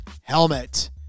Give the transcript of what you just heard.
helmet